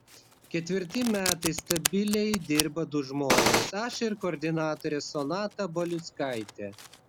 ketvirti metai stabiliai dirba du žmonės aš ir koordinatorė sonata baliuckaitė